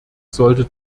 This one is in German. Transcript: soll